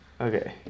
okay